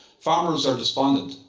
farmers are despondent.